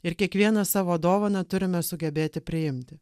ir kiekvienas savo dovaną turime sugebėti priimti